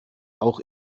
auch